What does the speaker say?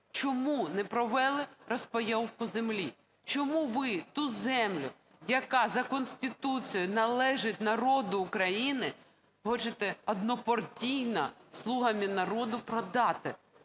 Чому не провели розпайовку землі? Чому ви ту землю, яка за Конституцією належить народу України, хочете однопартійно "слугами народу" продати?